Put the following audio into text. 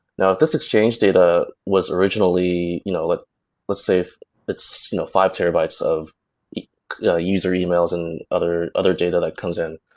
now, if this exchange data was originally you know like let's say if it's you know five terabytes of ah user emails and other other data that comes in,